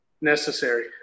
necessary